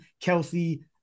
Kelsey